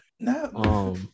No